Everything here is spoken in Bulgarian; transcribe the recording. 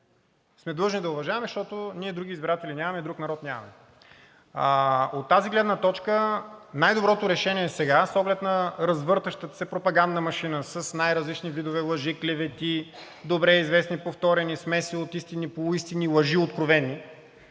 сме длъжни да уважаваме, защото ние други избиратели нямаме и друг народ нямаме. От тази гледна точка най-доброто решение сега, с оглед на развъртащата се пропагандна машина с най-различни видове лъжи, клевети, добре известни повторени смеси от истини, полуистини, откровени